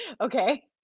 Okay